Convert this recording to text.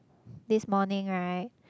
this morning right